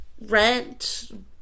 rent